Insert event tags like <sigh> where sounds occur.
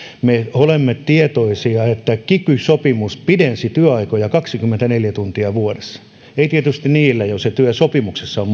me olemme tietoisia että kiky sopimus pidensi työaikoja kaksikymmentäneljä tuntia vuodessa ei tietysti niillä joilla se työsopimuksessa on <unintelligible>